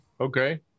Okay